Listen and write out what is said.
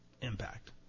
impact